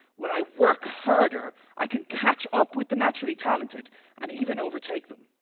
when i work harder, i can catch up with the naturally talented and even overtake them.